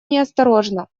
неосторожно